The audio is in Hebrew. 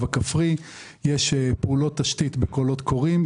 הכפרי על ידי כך שיש פעילות תשתית בקולות קוראים,